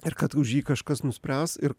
ir kad už jį kažkas nuspręs ir